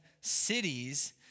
cities